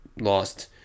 lost